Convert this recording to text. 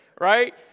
Right